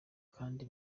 kandi